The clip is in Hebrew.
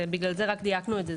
בגלל זה רק דייקנו את זה.